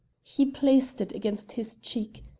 he placed it against his cheek.